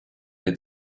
dei